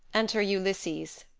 enter ulysses